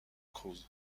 cruz